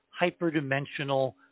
hyperdimensional